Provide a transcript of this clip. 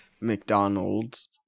mcdonald's